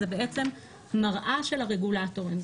זה בעצם מראה של הרגולטורים.